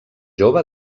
jove